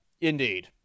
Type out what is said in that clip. Indeed